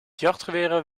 jachtgeweren